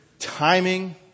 timing